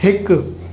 हिकु